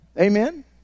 Amen